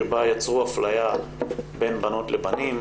שבה יצרו אפליה בין בנות לבנים,